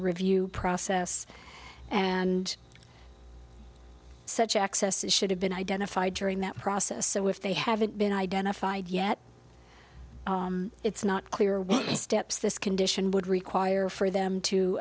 review process and such access should have been identified during that process so if they haven't been identified yet it's not clear what steps this condition would require for them to